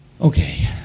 Okay